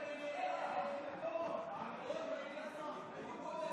פטור משכר לימוד לסטודנטים מתחת לקו העוני),